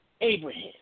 Abraham